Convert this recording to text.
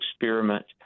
experiment